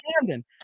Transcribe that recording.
Camden